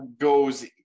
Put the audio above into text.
goes